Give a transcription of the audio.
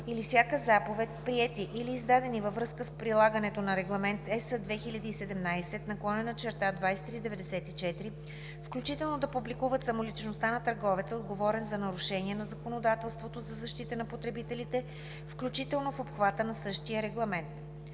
или всяка заповед, приети или издадени във връзка с прилагането на Регламент (ЕС) 2017/2394, включително да публикуват самоличността на търговеца, отговорен за нарушение на законодателството за защита на потребителите, включено в обхвата на същия регламент.